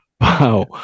wow